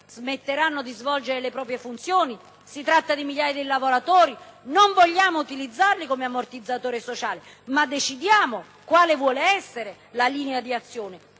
smetteranno di svolgere le proprie funzioni. Stiamo parlando di migliaia di lavoratori; non vogliamo utilizzarli come ammortizzatori sociali ma decidiamo quale vuole essere la linea di azione.